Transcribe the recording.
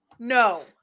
No